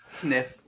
sniff